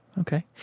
Okay